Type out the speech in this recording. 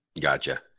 Gotcha